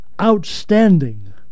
outstanding